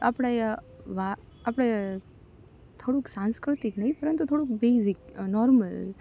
આપણે આપણે થોડુંક સાંસ્કૃતિક નહીં પરંતુ થોડું બેઝીક નોર્મલ છે